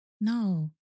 no